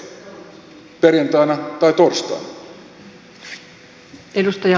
arvoisa rouva puhemies